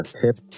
tip